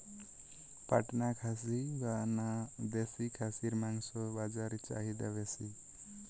পাটনা খাসি না দেশী খাসির মাংস বাজারে চাহিদা বেশি?